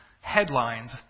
headlines